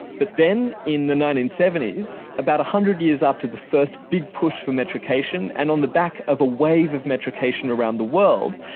but then in the nineteen seventy s, about a hundred years after the first big push for metrication and on the back of a wave of metrication around the world,